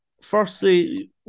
Firstly